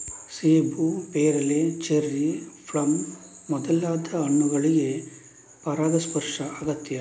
ಸೇಬು, ಪೇರಳೆ, cherry, plum ಮೊದಲಾದ ಹಣ್ಣುಗಳಿಗೆ ಪರಾಗಸ್ಪರ್ಶ ಅಗತ್ಯ